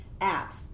apps